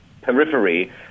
periphery